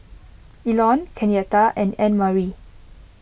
Elon Kenyatta and Annmarie